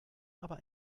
aber